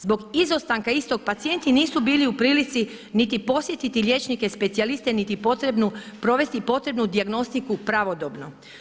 Zbog izostanka istog, pacijenti nisu bili u prilici niti posjetiti liječnike specijaliste niti provesti potrebnu dijagnostiku pravodobno.